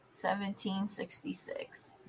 1766